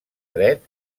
dret